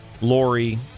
Lori